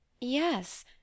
yes